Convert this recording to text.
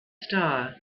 star